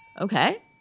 Okay